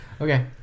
Okay